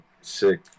sick